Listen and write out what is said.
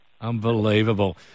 Unbelievable